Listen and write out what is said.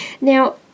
Now